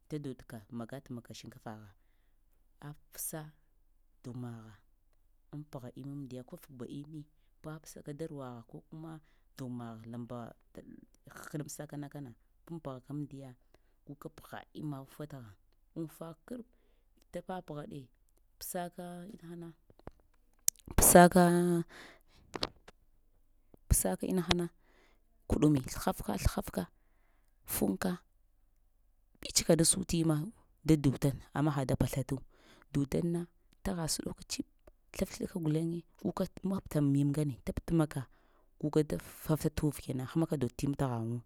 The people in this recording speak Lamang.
vita dodka magat magaka shinkafagha apsa dughumgh unpgha imandiya kufkuba immi papsaka daruwagha ko kuma dughumagh lamba hknamsaka kana panpgheka amdiya guka pagha imutuwa taghen imfu krup vita papghaɗe psəka inahana pəsaka pasaka inahana kudumi slhafka slhafka funka ɓəts kada su t ima da dota amma ha da pəslatu do daɗ na təghasɗoko tsp slaf-slɗaka guleŋ guka tam mim ngne taptəmaka guka da fafth tuvo kəna həmaka do ts im taghaŋo.